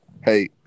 Hey